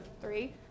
three